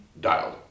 dialed